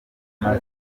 kubona